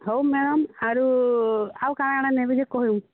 ହଉ ମ୍ୟାଡ଼ାମ୍ ଆରୁ ଆଉ କାଣା କାଣା ନେବେ ଯେ କହୁନ